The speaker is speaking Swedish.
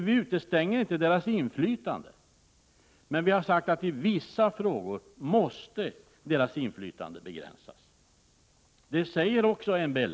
Vi utestänger inte deras inflytande, men vi har sagt att i vissa frågor måste deras inflytande begränsas. Det säger också MBL.